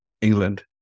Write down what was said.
England